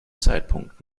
zeitpunkt